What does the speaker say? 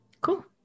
cool